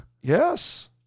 Yes